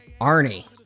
Arnie